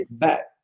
Back